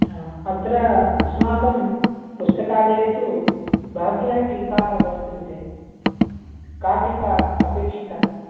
हा अत्र अस्माकं पुस्तकालये तु बह्व्यः टीकाः वर्तन्ते का टीका अपेक्षिता